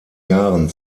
jahren